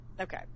Okay